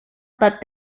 but